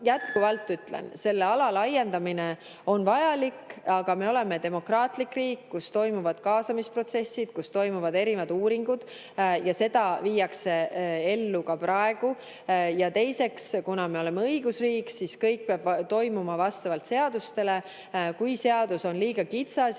ütlen, et selle ala laiendamine on vajalik. Aga me oleme demokraatlik riik, kus toimuvad kaasamisprotsessid ja kus tehakse erinevaid uuringuid. Neid viiakse ellu ka praegu. Teiseks, kuna me oleme õigusriik, siis kõik peab toimuma vastavalt seadustele. Kui seadus on liiga kitsas